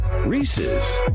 Reese's